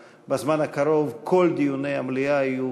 את דיוני המליאה עם תרגום לשפת הסימנים בימי